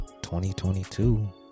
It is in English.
2022